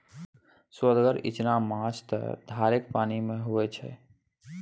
सोअदगर इचना माछ त धारेक पानिमे होए छै